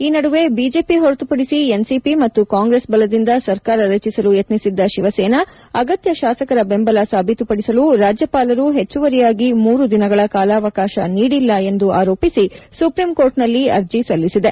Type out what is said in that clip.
ಈ ನಡುವೆ ಬಿಜೆಪಿ ಹೊರತುಪಡಿಸಿ ಎನ್ಸಿಪಿ ಮತ್ತು ಕಾಂಗೈಸ್ ಬಲದಿಂದ ಸರ್ಕಾರ ರಚಿಸಲು ಯತ್ನಿಸಿದ್ದ ಶಿವಸೇನಾ ಅಗತ್ಯ ಶಾಸಕರ ಬೆಂಬಲ ಸಾಬೀತುಪದಿಸಲು ರಾಜ್ಯಪಾಲರು ಹೆಚ್ಚುವರಿಯಾಗಿ ಮೂರು ದಿನಗಳ ಕಾಲಾವಕಾಶ ನೀಡಿಲ್ಲ ಎಂದು ಆರೋಪಿಸಿ ಸುಪ್ರೀಂಕೋರ್ಟ್ನಲ್ಲಿ ಅರ್ಜಿ ಸಲ್ಲಿಸಿದೆ